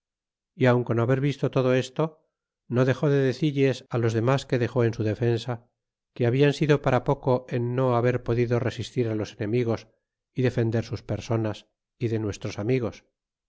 y aun con haber visto todo esto no dexó de decilles los demás que dexó en su defensa que habian sido para poco en no haber podido resistir á los enemigos y defender sus personas y de nuestros amigos